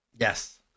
Yes